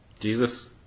Jesus